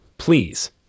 Please